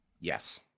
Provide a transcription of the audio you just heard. Yes